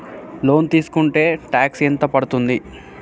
Loan తీస్కుంటే tax ఎంత పడ్తుంది?